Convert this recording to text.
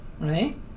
right